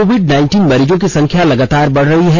Covid मरीजों की संख्या लगातार बढ़ रही है